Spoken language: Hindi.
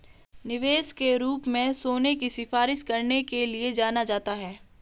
निवेश के रूप में सोने की सिफारिश करने के लिए जाना जाता है